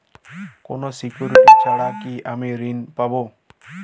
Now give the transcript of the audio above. কোনো সিকুরিটি ছাড়া কি আমি ঋণ পাবো?